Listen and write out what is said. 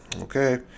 Okay